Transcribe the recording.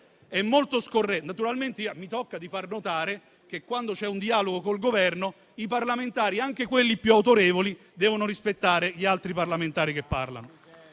è già stato fatto altrove. Mi tocca far notare che quando c'è un dialogo con il Governo i parlamentari, anche quelli più autorevoli, devono rispettare gli altri parlamentari che parlano.